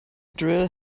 drill